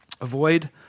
Avoid